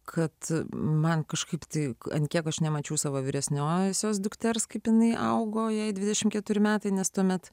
kad man kažkaip tik ant kiek aš nemačiau savo vyresniosios dukters kaip jinai augo jai dvidešimt keturi metai nes tuomet